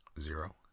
zero